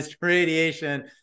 radiation